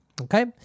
okay